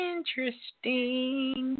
Interesting